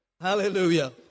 Hallelujah